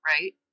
right